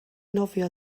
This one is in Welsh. nofio